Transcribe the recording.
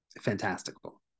fantastical